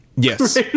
Yes